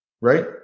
right